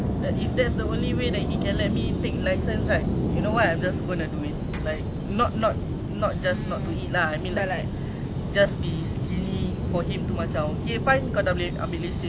it means maybe he is worried about your health then like for you to get both why you want motor though like I planning to take car like next year why motor